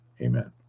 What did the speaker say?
Amen